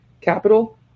Capital